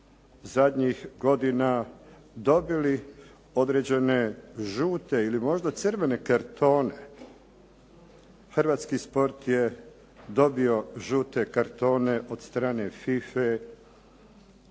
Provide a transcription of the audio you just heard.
zadnjih godina dobili određene žute ili možda crvene kartone. Hrvatski sport je dobio žute kartone od strane FIFA-e,